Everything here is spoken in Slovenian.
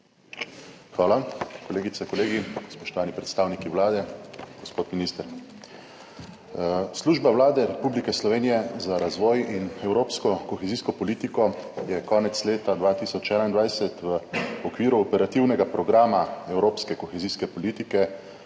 Hvala. Kolegice, kolegi, spoštovani predstavniki Vlade, gospod minister! Služba Vlade Republike Slovenije za razvoj in evropsko kohezijsko politiko je konec leta 2021 v okviru operativnega programa evropske kohezijske politike